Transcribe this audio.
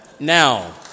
Now